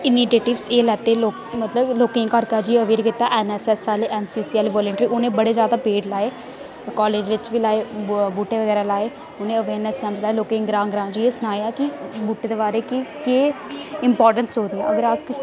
दिक्खो जी मिगी सब तू शैल सब्जेक्ट केह्ड़ा पढ़ने गी लगदा ऐ ओह् लगदा ऐ एजूकेशन एजूकेशन पढ़दे टाईम मिगी बड़ा मज़ा औंदा ऐ जियां की एजूकेशन सर पढ़ांदे